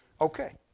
Okay